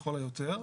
לכל היותר.